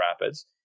Rapids